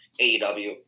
AEW